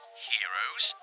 Heroes